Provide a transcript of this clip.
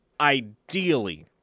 ideally